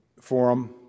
Forum